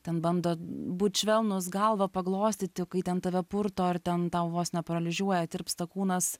ten bando būt švelnus galvą paglostyti kai ten tave purto ar ten tau vos ne paralyžiuoja tirpsta kūnas